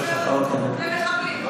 למחבלים.